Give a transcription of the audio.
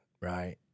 right